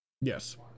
Yes